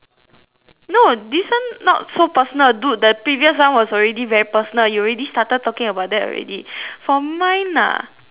no this one not so personal dude the previous one was already very personal you already started talking about that already for mine ah